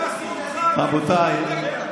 רבותיי,